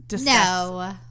No